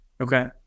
Okay